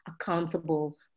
accountable